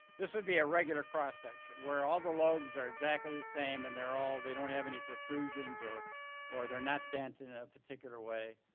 this would be a regular cross section where all the lobes are exactly the same and they're all they don't have any protrusions or or they're not bent in a particular way.